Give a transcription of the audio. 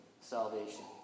salvation